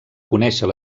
conèixer